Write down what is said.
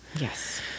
Yes